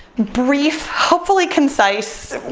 brief, hopefully concise,